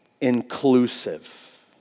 inclusive